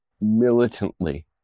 militantly